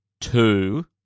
two